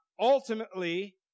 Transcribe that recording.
Ultimately